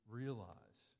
realize